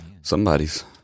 somebody's